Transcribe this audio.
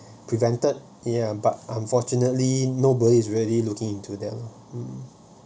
prevented yeah but unfortunately nobody's really looking into them um